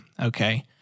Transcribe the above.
okay